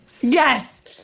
Yes